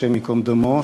השם ייקום דמו,